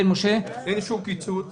אין שום קיצוץ